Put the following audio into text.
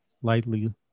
slightly